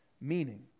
meaning